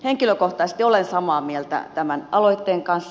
henkilökohtaisesti olen samaa mieltä tämän aloitteen kanssa